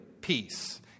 peace